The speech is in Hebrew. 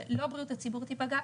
שלא בריאות הציבור תיפגע,